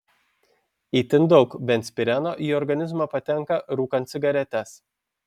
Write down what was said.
itin daug benzpireno į organizmą patenka rūkant cigaretes